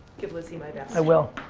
give lizzie my best. i will.